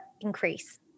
increase